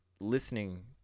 listening